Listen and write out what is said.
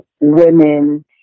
women